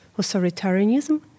authoritarianism